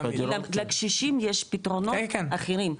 לקשישים יש פתרונות אחרים,